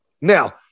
Now